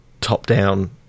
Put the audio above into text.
top-down